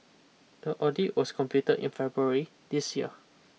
the audit was completed in February this year